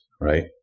Right